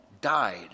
died